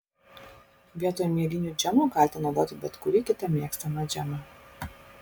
vietoj mėlynių džemo galite naudoti bet kurį kitą mėgstamą džemą